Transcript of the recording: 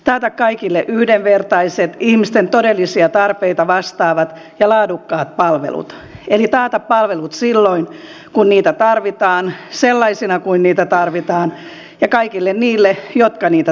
taata kaikille yhdenvertaiset ihmisten todellisia tarpeita vastaavat ja laadukkaat palvelut eli taata palvelut silloin kun niitä tarvitaan sellaisina kuin niitä tarvitaan ja kaikille niille jotka niitä tarvitsevat